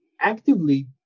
actively